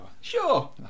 sure